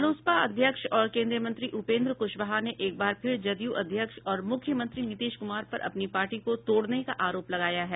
रालोसपा अध्यक्ष और केन्द्रीय मंत्री उपेंद्र क्शवाहा ने एक बार फिर जदयू अध्यक्ष और मुख्यमंत्री नीतीश कुमार पर अपनी पार्टी को तोड़ने का आरोप लगाया है